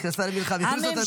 הכניסו אותנו למלחמה.